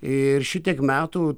ir šitiek metų